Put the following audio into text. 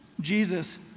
Jesus